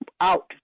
out